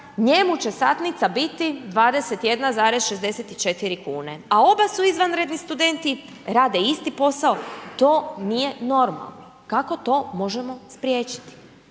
njemu će satnica biti 21,64 kune, a oba su izvanredni studenti, rade isti posao i to nije normalno. Kako to možemo spriječiti?